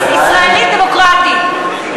ישראלית דמוקרטית.